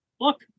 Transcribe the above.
look